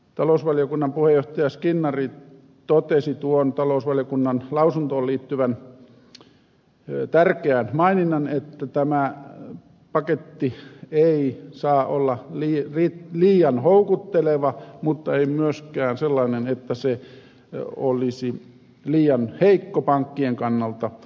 talousvaliokunnan puheenjohtaja skinnari totesi talousvaliokunnan lausuntoon liittyvän tärkeän maininnan että tämä paketti ei saa olla liian houkutteleva mutta ei myöskään sellainen että se olisi liian heikko pankkien kannalta